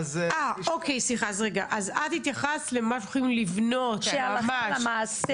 אז את התייחסת למה שהולכים לבנות ממש,